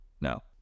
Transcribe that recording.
no